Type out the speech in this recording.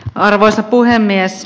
arvoisa puhemies